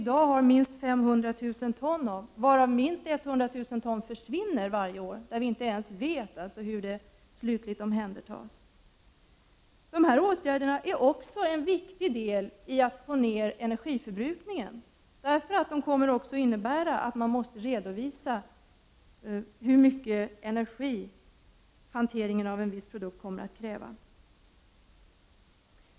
I dag finns det minst 500000 ton, varav minst 100000 ton försvinner varje år. Vi vet alltså inte hur detta avfall slutligen omhändertas. Dessa åtgärder är också en viktig del när det gäller att minska energiförbrukningen. Det kommer nämligen att innebära att mängden energi som hanteringen av en viss produkt kommer att kräva måste redovisas.